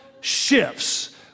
shifts